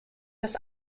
dass